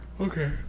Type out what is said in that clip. okay